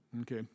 Okay